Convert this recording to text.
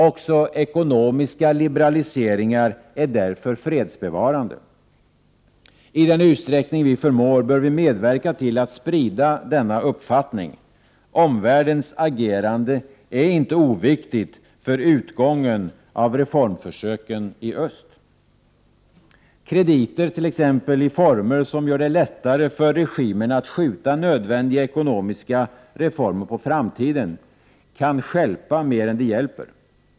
Också ekonomiska liberaliseringar är därför fredsbevarande. I den utsträckning vi förmår bör vi medverka till att sprida denna uppfattning. Omvärldens agerande är inte oviktigt för utgången av reformförsöken i öst. Krediter t.ex., i former som gör det lättare för regimen att skjuta nödvändiga ekonomiska reformer på framtiden, kan stjälpa mer än de hjälper.